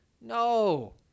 No